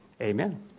Amen